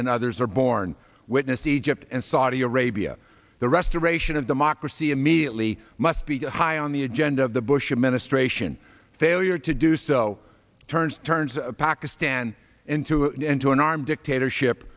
and others are borne witness egypt and saudi arabia the restoration of democracy immediately must be high on the agenda of the bush administration failure to do so turns turns a pakistan into into an armed dictatorship